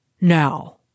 Now